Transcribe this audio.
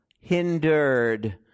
hindered